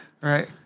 right